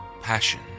passion